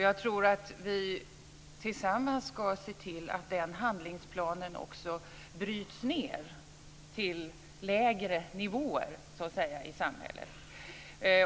Jag tror att vi tillsammans ska se till att den handlingsplanen bryts ned till lägre nivåer i samhället.